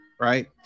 right